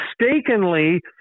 mistakenly